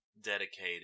dedicated